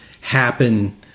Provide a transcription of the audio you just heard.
happen